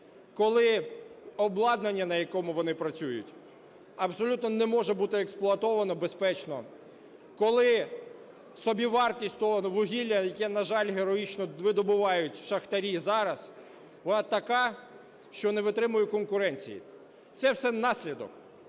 коли обладнання, на якому вони працюють, абсолютно не може бути експлуатовано безпечно, коли собівартість того вугілля, яке, на жаль, героїчно видобувають шахтарі зараз, вона така, що не витримує конкуренції. Це все наслідок,